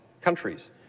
countries